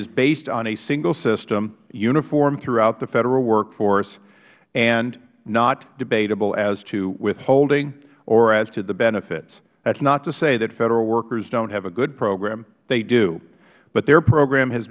is based on a single system uniform throughout the federal workforce and not debatable as to withholding or as to the benefits that is not to say that federal workers dont have a good program they do but their program has